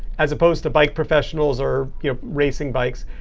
as opposed to bike professionals or you know racing bikes,